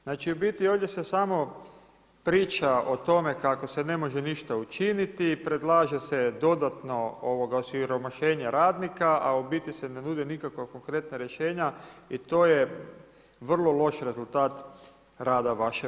Znači u biti ovdje samo priča o tome kako se ne može ništa učiniti, predlaže se dodatno osiromašenje radnika a u biti se ne nude nikakva konkretna rješenja i to je vrlo loš rezultat rada vaše Vlade.